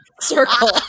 circle